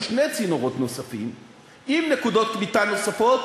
שני צינורות נוספים עם נקודות פליטה נוספות,